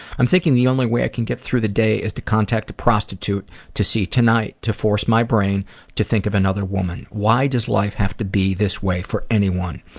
i'm thinking the only way i can get through the day is to contact a prostitute to see tonight to force my brain to think of another woman. why does life have to be this way for anyone?